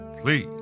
please